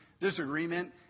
disagreement